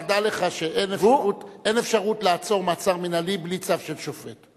רק דע לך שאין אפשרות לעצור מעצר מינהלי בלי צו של שופט.